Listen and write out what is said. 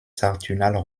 saturnales